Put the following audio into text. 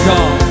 God